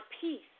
peace